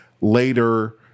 Later